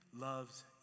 loves